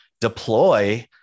deploy